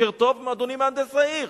בוקר טוב, אדוני מהנדס העיר.